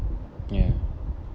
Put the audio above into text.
ya